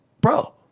bro